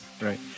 right